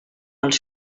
als